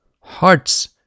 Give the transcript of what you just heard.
hearts